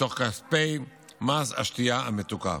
מתוך כספי מס השתייה המתוקה.